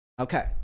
okay